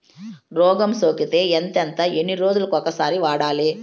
రోగం సోకితే ఎంతెంత ఎన్ని రోజులు కొక సారి వాడాలి?